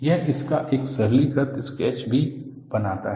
यह इसका एक सरलीकृत स्केच भी बनाता है